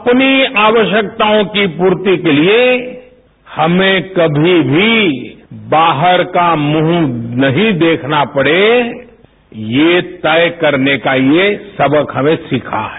अपनी आवश्यकताओं की पूर्ति के लिए हमें कभी भी बाहर का मुंह नहीं देखना पड़े ये तय करने का ये सबक हमने सीखा है